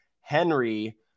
Henry